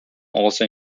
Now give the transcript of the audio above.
also